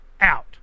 out